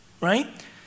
right